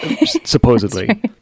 supposedly